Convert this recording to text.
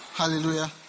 hallelujah